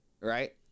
right